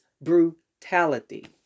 brutality